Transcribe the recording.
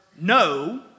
No